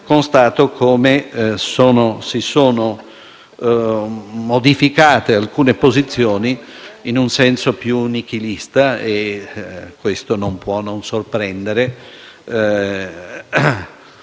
come si siano modificate alcune posizioni in senso più nichilista. Questo non può non sorprendere